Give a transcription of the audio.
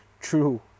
True